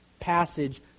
passage